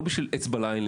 לא בשביל אצבע לעין,